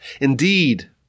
Indeed